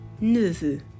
neveu